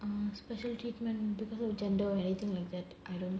uh special treatment because of gender or anything like that I don't